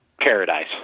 paradise